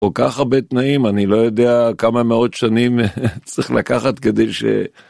כל כך הרבה תנאים, אני לא יודע כמה מאות שנים צריך לקחת כדי ש...